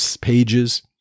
pages